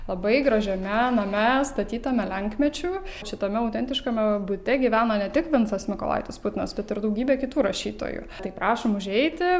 labai gražiame name statytame lenkmečiu šitame autentiškame bute gyveno ne tik vincas mykolaitis putinas bet ir daugybė kitų rašytojų tai prašom užeiti